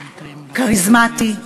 כריזמטי,